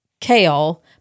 Kale